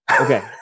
Okay